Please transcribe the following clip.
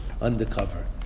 undercover